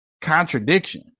contradiction